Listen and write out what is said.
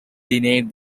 denied